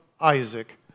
Isaac